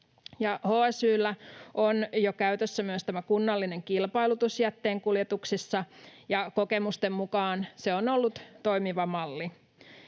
HSY:llä on jo käytössä myös tämä kunnallinen kilpailutus jätteenkuljetuksissa, ja kokemusten mukaan se on ollut toimiva malli.